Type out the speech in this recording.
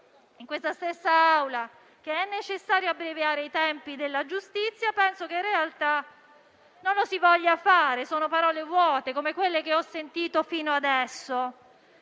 in questa stessa Aula che è necessario abbreviare i tempi della giustizia, penso che in realtà non lo si voglia fare. Sono parole vuote, come quelle che ho finora